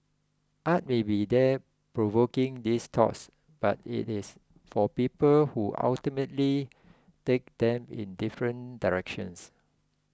art may be there provoking these thoughts but it is for people who ultimately take them in different directions